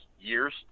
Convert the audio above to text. years